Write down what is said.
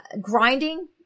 grinding